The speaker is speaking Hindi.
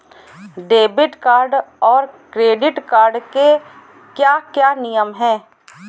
डेबिट कार्ड और क्रेडिट कार्ड के क्या क्या नियम हैं?